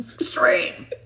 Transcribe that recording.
Extreme